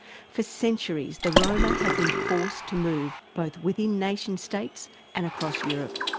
for centuries, the roma have been forced to move both within nation states and across europe.